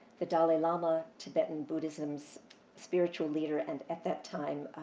the dalai lama, tibetan buddhism's spiritual leader, and at that time,